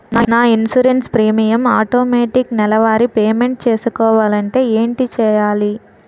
నా insurance premium automatic నెలవారి payment చేసుకోవాలంటే ఏంటి చేయాలి?